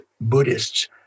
Buddhists